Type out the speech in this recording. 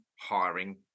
hiring